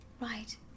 right